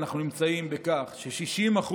שאנחנו נמצאים בה במדינת ישראל היא ש-60%